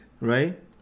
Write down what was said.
right